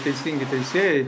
teisingi teisėjai